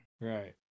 Right